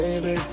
baby